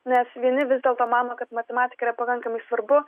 nes vieni vis dėlto mano kad matematika yra pakankamai svarbu